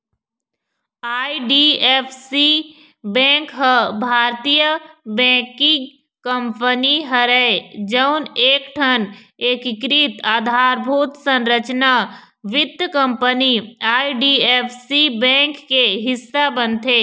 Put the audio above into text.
IDFC bank ह भारतीय banking company हरय जउन एकठन एकीकृत अधारभूत संरचना वित्त कंपनी आई.डी.एफ.सी बेंक के हिस्सा बनथे